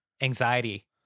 anxiety